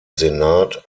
senat